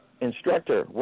instructor